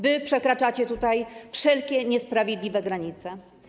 Wy przekraczacie tutaj wszelkie niesprawiedliwe granice.